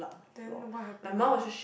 then what happen ah